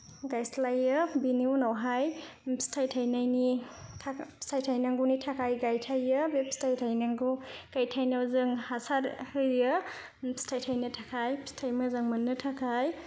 गायस्लायो बिनि उनावहाय फिथाय थायनायनि थाखाय सायथायनांगौनि थाखाय गायथायो बे फिथाय थायनांगौ गायथायनायाव जों हासार होयो फिथाय थायनो थाखाय फिथाय मोजां मोननो थाखाय